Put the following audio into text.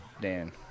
Dan